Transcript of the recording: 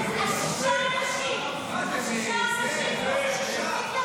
--- אנחנו שישה אנשים פה, שישה